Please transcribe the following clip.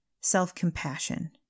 self-compassion